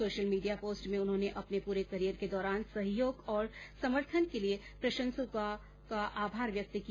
social media post में उन्होंने अपने पूरे करियर के दौरान सहयोग और समर्थन के लिए प्रशंसकों का आभार व्यक्त किया